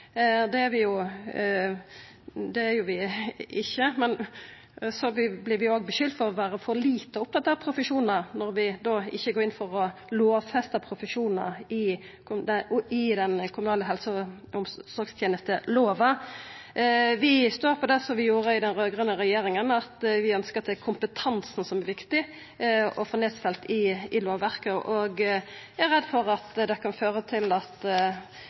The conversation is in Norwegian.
Det er vi ikkje. Vi blir òg skulda for å vera for lite opptatt av profesjonar når vi ikkje går inn for å lovfesta profesjonar i den kommunale helse- og omsorgstenestelova. Vi står på det som vi gjorde i den raud-grøne regjeringa, med at vi ønskjer at det er kompetansen som det er viktig å få nedfelt i lovverket, og vi er redde for at det kan føra til at